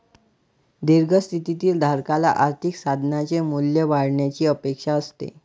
दीर्घ स्थितीतील धारकाला आर्थिक साधनाचे मूल्य वाढण्याची अपेक्षा असते